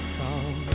song